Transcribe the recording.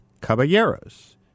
Caballeros